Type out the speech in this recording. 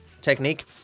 technique